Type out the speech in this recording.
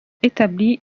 établis